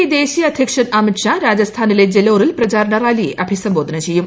P ദേശീയ അധ്യക്ഷൻ അമിത്ഷാ രാജസ്ഥാനിലെ ജലോറിൽ പ്രചാരണ റാലിയെ അഭിസംബോധന ചെയ്യും